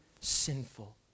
sinful